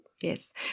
yes